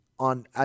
on